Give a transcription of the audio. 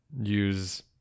use